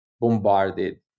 bombarded